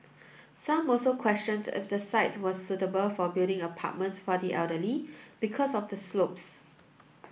some also questioned if the site was suitable for building apartments for the elderly because of the slopes